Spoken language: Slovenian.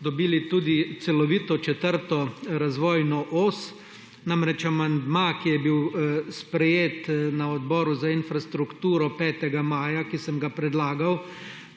dobili tudi celovito četrto razvojno os. Namreč amandma, ki je bil sprejet na Odboru za infrastrukturo 5. maja, ki sem ga predlagal